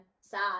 sad